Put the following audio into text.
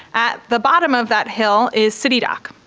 at the bottom of that hill is city dock,